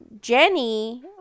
Jenny